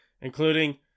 including